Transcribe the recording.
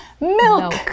milk